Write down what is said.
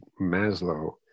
Maslow